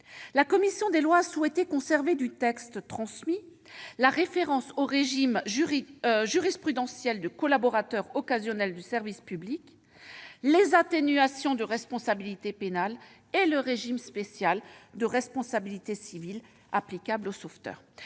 La commission des lois a souhaité conserver du texte transmis la référence au régime jurisprudentiel de collaborateur occasionnel du service public, les atténuations de responsabilité pénale et le régime spécial de responsabilité civile applicable aux sauveteurs.